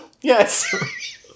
Yes